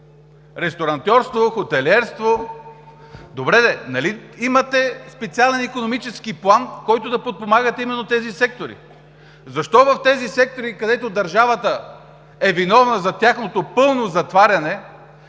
ресторантьорство, хотелиерство. Добре де, нали имате специален икономически план, с който да подпомагате именно тези сектори? Защо в тези сектори, където държавата е виновна за тяхното пълно затваряне,